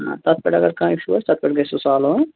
تتھ پیٚٚٹھ اَگر کانٛہہ اِشوٗ آسہِ تتھ پیٚٹھ گژھِ سُہ سالوٗ ہٕہ